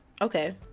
Okay